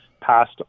passed